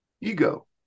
ego